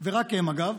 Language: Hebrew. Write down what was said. ורק הם, אגב,